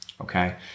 Okay